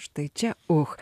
štai čia uch